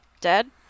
dead